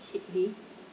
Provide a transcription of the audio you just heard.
seedly